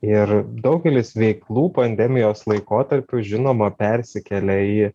ir daugelis veiklų pandemijos laikotarpiu žinoma persikelia į